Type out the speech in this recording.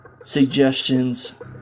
suggestions